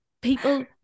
people